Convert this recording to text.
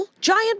giant